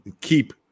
keep